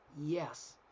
Yes